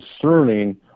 concerning